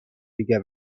دیگه